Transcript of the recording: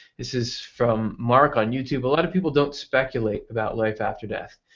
this is from mark on youtube. a lot people don't speculate about life after death.